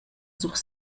sur